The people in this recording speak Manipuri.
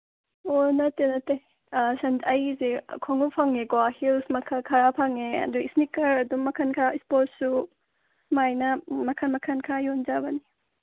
ꯑꯣ ꯅꯠꯇꯦ ꯅꯠꯇꯦ ꯑꯩꯒꯤꯁꯤ ꯈꯣꯡꯎꯞ ꯐꯪꯉꯤꯀꯣ ꯍꯤꯜꯁ ꯃꯈꯜ ꯈꯔ ꯐꯪꯉꯦ ꯑꯗꯨ ꯏꯁꯅꯤꯀꯔ ꯑꯗꯨꯝ ꯃꯈꯜ ꯈꯔ ꯏꯁꯄꯣꯠ ꯁꯨ ꯁꯨꯃꯥꯏꯅ ꯃꯈꯜ ꯃꯈꯜ ꯈꯔ ꯌꯣꯟꯖꯕꯅꯤ